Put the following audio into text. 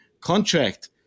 contract